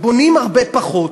בונים הרבה פחות,